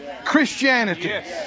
Christianity